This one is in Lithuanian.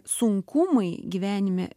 sunkumai gyvenime